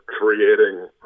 creating